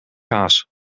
kaas